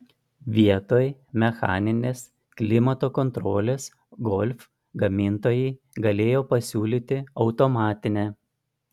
vietoj mechaninės klimato kontrolės golf gamintojai galėjo pasiūlyti automatinę